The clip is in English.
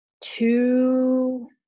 two